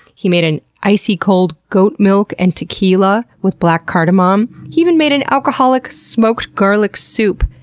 he made an icy-cold goat milk and tequila with black cardamom. he even made an alcoholic smoked garlic soup.